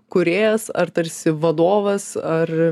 kūrėjas ar tarsi vadovas ar